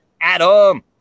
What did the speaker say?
Adam